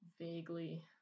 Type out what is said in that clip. vaguely